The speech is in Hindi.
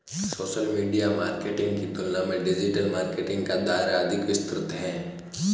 सोशल मीडिया मार्केटिंग की तुलना में डिजिटल मार्केटिंग का दायरा अधिक विस्तृत है